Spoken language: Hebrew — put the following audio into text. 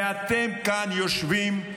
ואתם כאן יושבים,